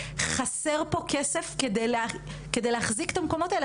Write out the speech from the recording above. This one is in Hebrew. חסר פה כסף כדי להחזיק את המקומות האלה.